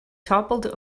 toppled